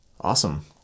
Awesome